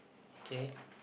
okay